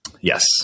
Yes